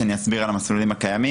שאני אסביר על המסלולים הקיימים?